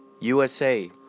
USA